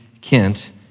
Kent